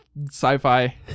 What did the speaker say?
sci-fi